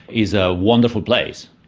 is a wonderful place,